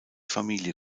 familie